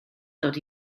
dod